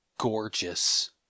gorgeous